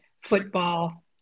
football